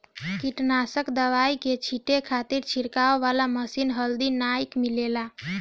कीटनाशक दवाई के छींटे खातिर छिड़के वाला मशीन हाल्दी नाइ मिलेला